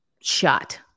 shot